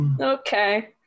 Okay